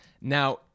Now